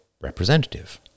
representative